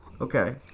Okay